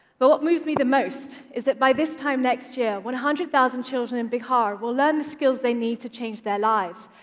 but what moves me the most is that, by this time next year, one hundred thousand children in bihar will learn the skills they need to change their lives.